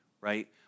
right